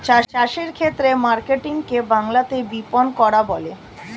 চাষের ক্ষেত্রে মার্কেটিং কে বাংলাতে বিপণন করা বলে